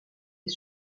est